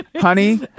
Honey